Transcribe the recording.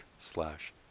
slash